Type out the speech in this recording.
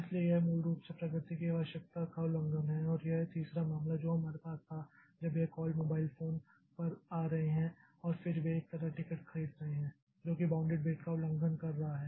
इसलिए यह मूल रूप से प्रगति की आवश्यकता का उल्लंघन है और यह तीसरा मामला जो हमारे पास था जब यह कॉल मोबाइल फोन पर आ रहे हैं और फिर वे इस तरह टिकट खरीद रहे हैं जो कि बाउंडेड वेट का उल्लंघन कर रहा है